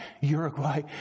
Uruguay